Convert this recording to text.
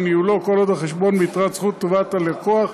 וניהולו כל עוד החשבון ביתרת זכות לטובת הלקוח.